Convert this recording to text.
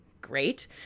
great